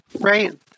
Right